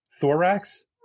Thorax